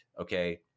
Okay